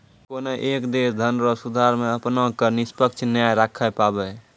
कोनय एक देश धनरो सुधार मे अपना क निष्पक्ष नाय राखै पाबै